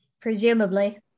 Presumably